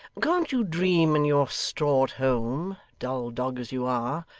can't you dream in your straw at home, dull dog as you are,